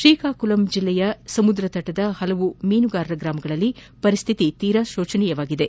ಶ್ರೀಕಾಕುಲಂ ಜಿಲ್ಲೆಯ ಸಮುದ್ರತಟದ ಹಲವಾರು ಮೀನುಗಾರರ ಗ್ರಾಮಗಳಲ್ಲಿ ಪರಿಸ್ಥಿತಿ ತೀರಾ ಶೋಚನೀಯವಾಗಿದೆ